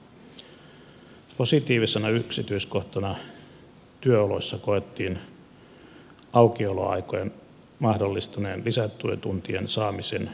positiivisena yksityiskohtana työoloissa koettiin aukioloaikojen mahdollistaneen lisätyötuntien saamisen osa aikatyöntekijöille